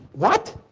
what?